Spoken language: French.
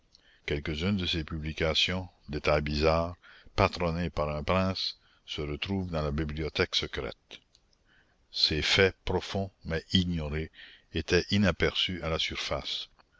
quelques-unes de ces publications détail bizarre patronnées par un prince se retrouvent dans la bibliothèque secrète ces faits profonds mais ignorés étaient inaperçus à la surface